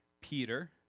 Peter